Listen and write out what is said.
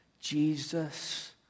Jesus